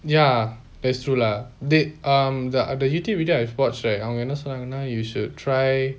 ya that's true lah dey um the uh the youtube video I spot share அவங்க என்ன சொன்னாங்கன:avanga enna sonnangana you should try